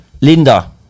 linda